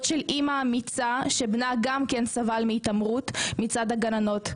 של אימא אמיצה שבנה גם סבל מהתעמרות מצד הגננות,